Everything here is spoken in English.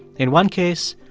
in one case,